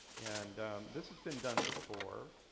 and this has been done before,